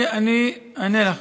אני אענה לך.